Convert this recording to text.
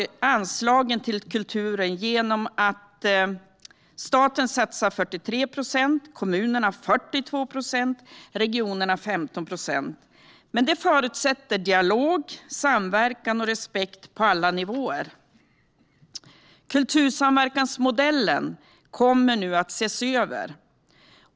I dag går anslagen till kulturen genom att staten satsar 43 procent, kommunerna 42 och regionerna 15 procent. Det förutsätter dialog, samverkan och respekt på alla nivåer. Kultursamverkansmodellen kommer nu att ses över.